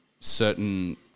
certain